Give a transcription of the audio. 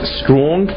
strong